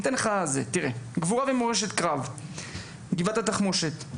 תחת גבורה ומורשת קרב יש לנו